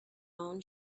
own